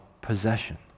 possession